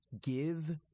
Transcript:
give